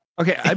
okay